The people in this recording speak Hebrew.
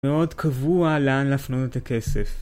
מאוד קבוע לאן להפנות את הכסף.